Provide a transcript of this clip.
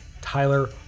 Tyler